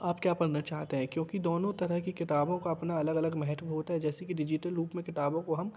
आप क्या पढ़ना चाहते हैं क्योंकि दोनों तरह की किताबों का अपना अलग अलग महत्व होता है जैसे कि डिज़िटल रूप में किताबों को हम